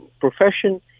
profession